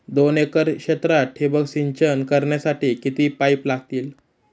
दोन एकर क्षेत्रात ठिबक सिंचन करण्यासाठी किती पाईप लागतील?